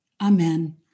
Amen